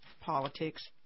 politics